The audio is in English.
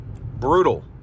Brutal